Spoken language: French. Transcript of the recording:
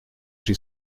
j’y